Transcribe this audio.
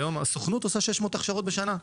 היום הסוכנות עושה 600 הכשרות בשנה.